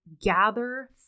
Gather